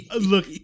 Look